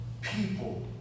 people